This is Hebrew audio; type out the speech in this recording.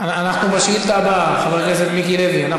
אנחנו בשאילתה הבאה כבר, חבר הכנסת מיקי לוי.